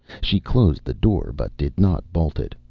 she closed the door but did not bolt it.